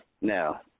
Now